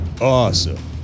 awesome